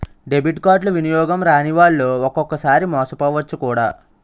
debit కార్డులు వినియోగం రానివాళ్లు ఒక్కొక్కసారి మోసపోవచ్చు కూడా